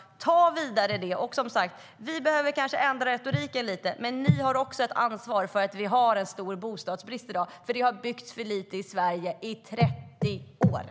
Ta det vidare!